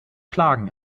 klagen